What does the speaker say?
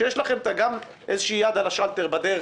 שיש לכם גם איזו יד על השלטר בדרך,